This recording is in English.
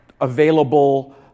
available